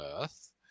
Earth